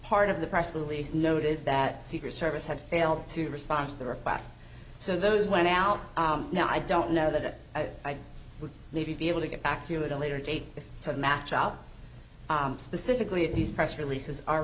part of the press release noted that secret service had failed to respond to the requests so those went out now i don't know that i would maybe be able to get back to the later date to match out specifically if these press releases are